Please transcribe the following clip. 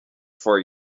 for